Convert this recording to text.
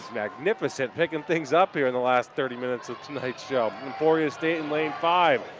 magnificent! picking things up here in the last thirty minutes of tonight's show! emporia state in lane five.